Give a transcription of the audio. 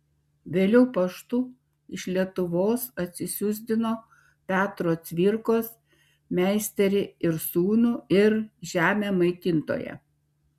vėliau paštu iš lietuvos atsisiųsdino petro cvirkos meisterį ir sūnų ir žemę maitintoją